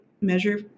measure